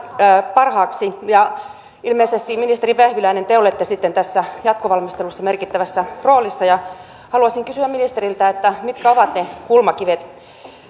parhaaksi ilmeisesti ministeri vehviläinen te olette sitten tässä jatkovalmistelussa merkittävässä roolissa ja haluaisin kysyä ministeriltä mitkä ovat ne kulmakivet